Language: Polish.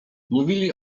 mówili